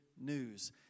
news